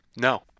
No